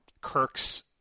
Kirk's